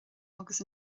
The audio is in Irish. agus